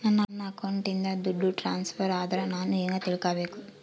ನನ್ನ ಅಕೌಂಟಿಂದ ದುಡ್ಡು ಟ್ರಾನ್ಸ್ಫರ್ ಆದ್ರ ನಾನು ಹೆಂಗ ತಿಳಕಬೇಕು?